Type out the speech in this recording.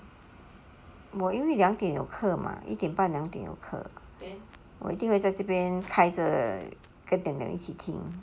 我因为两点有课 mah 一点半两点有课我一定会在这边开着跟你们两一起听